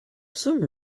some